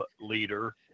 leader